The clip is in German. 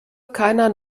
keiner